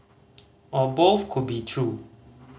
or both could be true